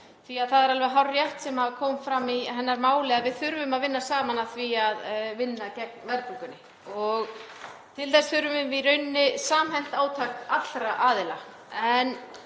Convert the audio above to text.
hérna. Það er alveg hárrétt sem kom fram í hennar máli að við þurfum að vinna saman að því að vinna gegn verðbólgunni og til þess þurfum við í rauninni samhent átak allra aðila.